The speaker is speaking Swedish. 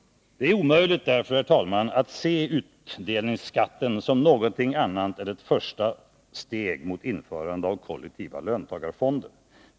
Det är därför, herr talman, omöjligt att se utdelningsskatten som någonting annat än ett första steg mot införandet av kollektiva löntagarfonder.